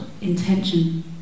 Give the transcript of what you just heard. intention